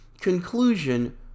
conclusion